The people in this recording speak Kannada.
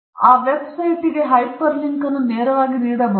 ನಾನು ಆ ವೆಬ್ಸೈಟ್ಗೆ ಹೈಪರ್ ಲಿಂಕ್ ಅನ್ನು ನೇರವಾಗಿ ನೀಡಬಹುದು